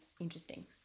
interesting